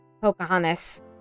Pocahontas